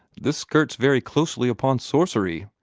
this skirts very closely upon sorcery,